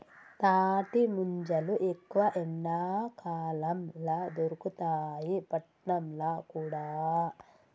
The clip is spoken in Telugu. తాటి ముంజలు ఎక్కువ ఎండాకాలం ల దొరుకుతాయి పట్నంల కూడా